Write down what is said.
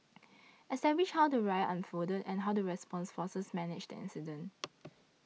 establish how the riot unfolded and how the response forces managed the incident